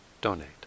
donate